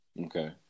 Okay